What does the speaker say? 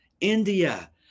India